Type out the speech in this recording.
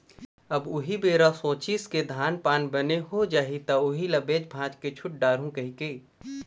अब उही बेरा सोचिस के धान पान बने हो जाही त उही ल बेच भांज के छुट डारहूँ कहिके